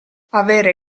avere